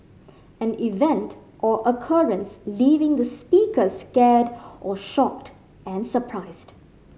an event or occurrence leaving the speaker scared or shocked and surprised